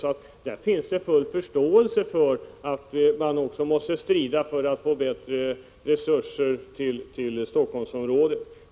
Man har alltså full förståelse för att också vi måste strida för att få bättre resurser till Stockholmsområdet.